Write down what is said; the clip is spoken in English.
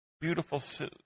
beautiful